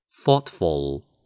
Thoughtful